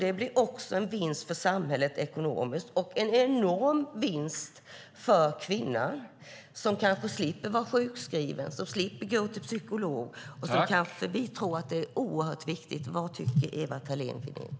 Det blir en vinst för samhället ekonomiskt och en enorm vinst för kvinnan, som kanske slipper vara sjukskriven och slipper gå till psykolog. Vi tror att detta är oerhört viktigt. Vad tycker Ewa Thalén Finné?